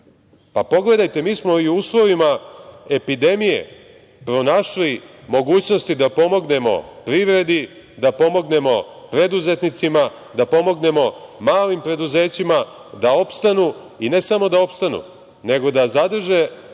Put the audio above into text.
pogledajte, mi smo i u uslovima epidemije pronašli mogućnosti da pomognemo privredi, da pomognemo preduzetnicima, da pomognemo malim preduzećima da opstanu i ne samo da opstanu, nego da zadrže